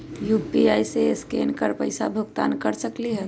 UPI से scan कर पईसा भुगतान कर सकलीहल?